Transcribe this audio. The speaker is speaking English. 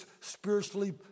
spiritually